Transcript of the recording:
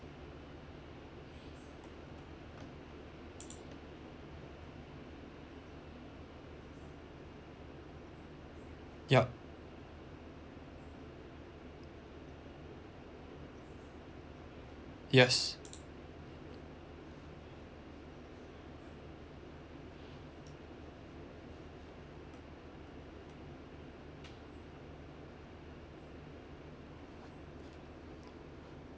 yup yes